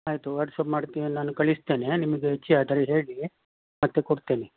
ಆಯಿತು ವಾಟ್ಸ್ಆ್ಯಪ್ ಮಾಡ್ತೀನಿ ನಾನು ಕಳಿಸ್ತೇನೆ ನಿಮಗೆ ರುಚಿಯಾದರೆ ಹೇಳಿ ಮತ್ತು ಕೊಡ್ತೇನೆ